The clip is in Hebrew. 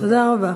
תודה רבה.